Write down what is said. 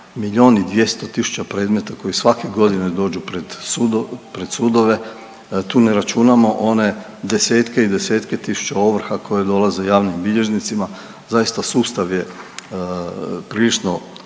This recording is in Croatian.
miljon i 200 tisuća predmeta koji svake godine dođu pred sudove, tu ne računamo one desetke i desetke tisuća ovrha koje dolaze javnim bilježnicima zaista sustav je prilično